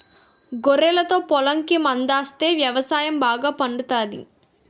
గొర్రెలతో పొలంకి మందాస్తే వ్యవసాయం బాగా పండుతాది